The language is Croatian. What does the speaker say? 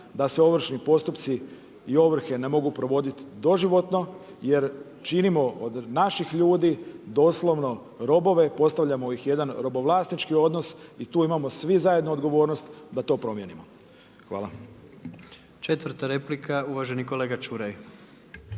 da se ovršni postupci i ovrhe ne mogu provoditi doživotno je činimo od naših ljudi, doslovno robove, postavljamo ih u jedna robovlasnički odnos i tu imamo svi zajedno odgovornost da to promijenimo. Hvala. **Jandroković, Gordan (HDZ)** Četvrta replika, uvaženi kolega Čuraj.